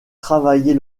travailler